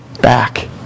back